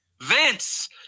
Vince